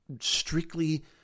strictly